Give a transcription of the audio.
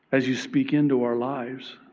as you speak into our lives.